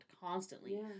constantly